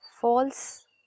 false